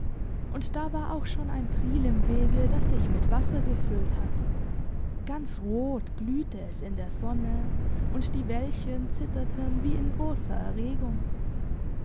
und da war auch schon ein priel im wege das sich mit wasser gefüllt hatte ganz rot glühte es in der sonne und die wellchen zitterten wie in grosser erregung